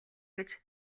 гэж